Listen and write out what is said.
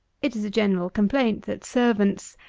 it is a general complaint, that servants,